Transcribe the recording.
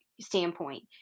standpoint